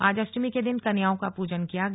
आज अष्टमी के दिन कन्याओं का पूजन किया गया